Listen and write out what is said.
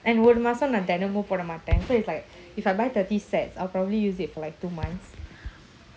and ஒருமாசம்நான்தெனமும்போடமாட்டேன்:orumasam nan thenamum poda maten so it's like if I buy thirty sets I'll probably use it for like two months